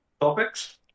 Topics